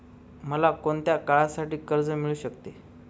मला कोणत्या काळासाठी कर्ज मिळू शकते?